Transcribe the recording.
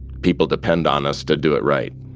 people depend on us to do it right